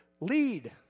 lead